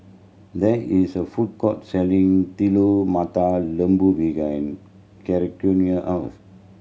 there is a food court selling Telur Mata Lembu behind house